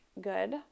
good